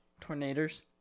tornadoes